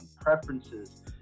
preferences